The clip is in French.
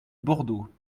bordeaux